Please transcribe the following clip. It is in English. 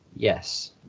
Yes